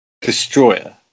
destroyer